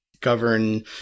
govern